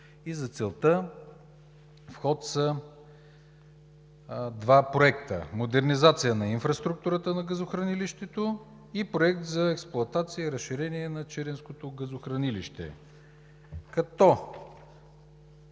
за целта в ход са два проекта: „Модернизация на инфраструктурата на газохранилището“ и Проект за експлоатация и разширение на Чиренското газохранилище,